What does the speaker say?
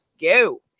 go